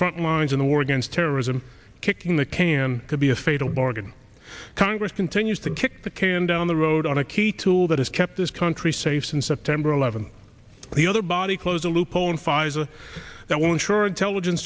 front lines in the war against terrorism kicking the can could be a fatal bargain congress continues to kick the can down the road on a key tool that has kept this country safe since september eleventh the other body close a loophole and pfizer that will ensure our intelligence